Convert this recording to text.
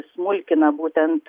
smulkina būtent